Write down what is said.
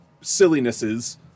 sillinesses